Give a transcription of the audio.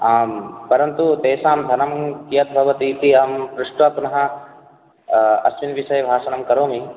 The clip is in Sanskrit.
आं परन्तु तेसां धनं कियद्भवतीति अहं पृष्ट्वा पुनः अस्मिन् विसये भाषणं करोमि